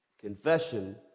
confession